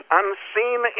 unseen